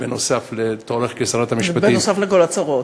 נוסף על תוארך כשרת המשפטים, נוסף על כל הצרות.